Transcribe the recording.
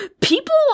People